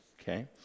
okay